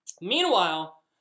Meanwhile